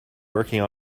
working